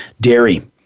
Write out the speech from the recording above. Dairy